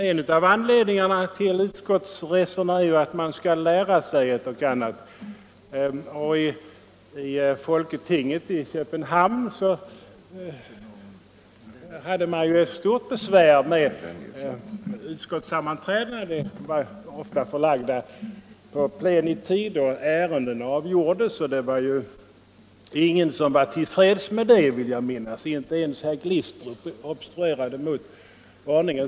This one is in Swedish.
En av anledningarna till utskottsresorna är ju att man skall lära sig ett och annat. I folketinget i Köpenhamn hade man stort besvär med utskottssammanträdena. De var ofta förlagda till plenitid då ärenden avgjordes, och det var ingen som var till freds med det, vill jag minnas. Inte ens herr Glistrup var av annan mening.